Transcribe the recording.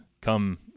come